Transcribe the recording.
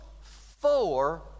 four